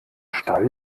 stall